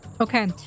Okay